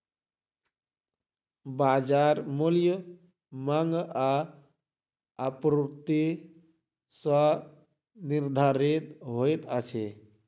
बजार मूल्य मांग आ आपूर्ति सॅ निर्धारित होइत अछि